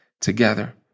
together